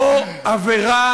הוא עבירה.